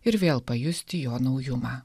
ir vėl pajusti jo naujumą